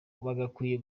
bagakwiye